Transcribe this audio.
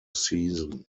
season